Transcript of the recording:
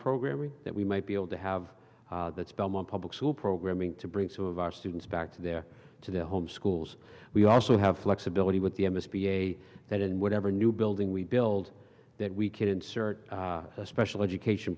programming that we might be able to have that's belmont public school programming to bring some of our students back to their to their home schools we also have flexibility with the m s b a that in whatever new building we build that we can insert a special education